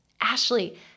Ashley